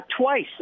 twice